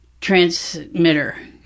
transmitter